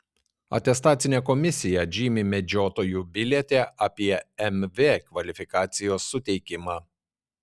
atestacinė komisija atžymi medžiotojų biliete apie mv kvalifikacijos suteikimą